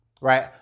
right